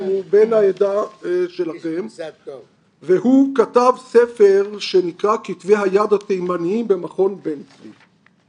הוא בן העדה שלכם והוא כתב ספר שנקרא 'כתבי היד התימניים במכון בן צבי'.